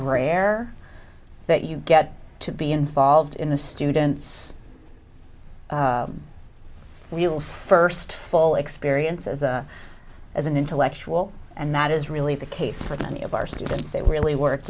rare that you get to be involved in the students real first full experience as a as an intellectual and that is really the case for many of our students they really work